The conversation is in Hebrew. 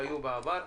שהיו בעבר.